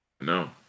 No